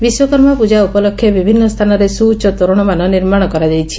ବିଶ୍ୱକର୍ମା ପ୍ରଜା ଉପଲକ୍ଷେ ବିଭିନ୍ନ ସ୍ଚାନରେ ସୁଉଚ ତୋରଣମାନ ନିର୍ମାଣ କରାଯାଇଛି